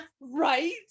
Right